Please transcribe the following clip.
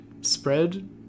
spread